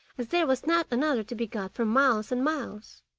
as there was not another to be got for miles and miles.